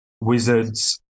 Wizards